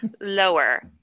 lower